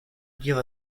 dir